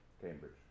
Cambridge